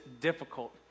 difficult